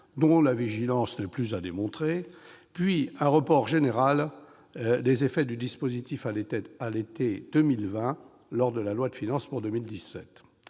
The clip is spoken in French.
dont la vigilance n'est plus à démontrer, puis un report des effets du dispositif à l'été 2020 lors de la discussion de la loi de finances pour 2017.